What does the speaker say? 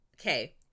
Okay